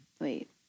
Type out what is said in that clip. Wait